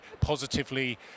positively